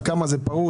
על כמה זה פרוס?